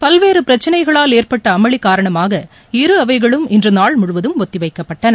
பல்வேறு பிரச்சினைகளால் ஏற்பட்ட அமளி காரணமாக இரு அவைகளும் இன்று நாள் முழுவதும் ஒத்திவைக்கப்பட்டன